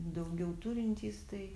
daugiau turintys tai